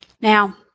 Now